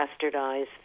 bastardized